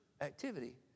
activity